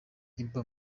iba